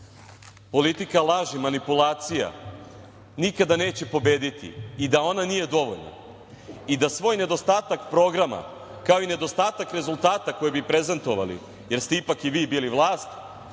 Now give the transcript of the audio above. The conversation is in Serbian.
politika laži i manipulacija nikada neće pobediti i da ona nije dovoljna i da svoj nedostatak programa, kao i nedostatak rezultata koje bi prezentovali, jer ste ipak i vi bili vlast,